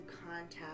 contact